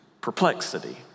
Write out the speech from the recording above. perplexity